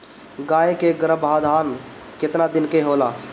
गाय के गरभाधान केतना दिन के होला?